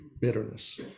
Bitterness